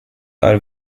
are